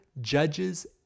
judges